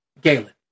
Galen